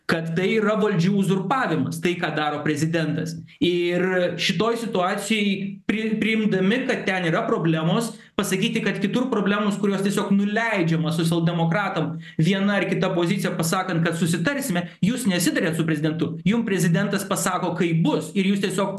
kad tai yra valdžių uzurpavimas tai ką daro prezidentas ir šitoj situacijoj pri priimdami kad ten yra problemos pasakyti kad kitur problemos kurios tiesiog nuleidžiamos socialdemokratam viena ar kita pozicija pasakant kad susitarsime jūs nesitariat su prezidentu jum prezidentas pasako kaip bus ir jūs tiesiog